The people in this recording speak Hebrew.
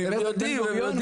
הם יודעים, הם יודעים.